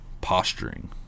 posturing